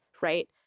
right